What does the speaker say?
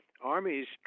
armies